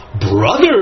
brother